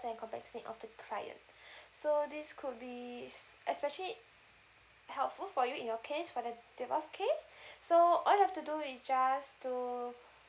care and compensate of the client so this could be especially helpful for you in your case for the divorce case so all you have to do you just to